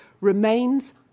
remains